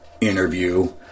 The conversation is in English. interview